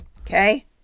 okay